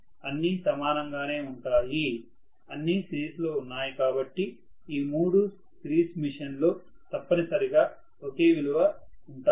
అన్ని సమానంగానే ఉంటాయి అన్నీ సిరీస్లో ఉన్నాయి కాబట్టి ఈ మూడూ సిరీస్ మెషీన్లో తప్పనిసరిగా ఒకే విలువ ఉంటాయి